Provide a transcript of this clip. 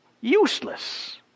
useless